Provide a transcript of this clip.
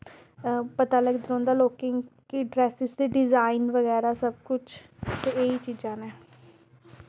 पता लगदे रौंह्दा लोकें ई कि ड्रैस दे डिजाईन बगैरा सब कुछ ते एह् ई चीज़ां न